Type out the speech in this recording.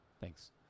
Thanks